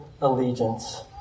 allegiance